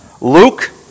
Luke